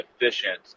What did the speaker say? efficient